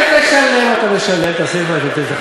כיוון שאתמול החלטתם לשים 42,000 ילדים